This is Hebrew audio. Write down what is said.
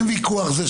ויכוח,